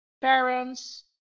parents